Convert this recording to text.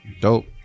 dope